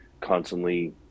constantly